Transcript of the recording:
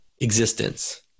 existence